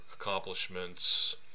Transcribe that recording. accomplishments